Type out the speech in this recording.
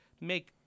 make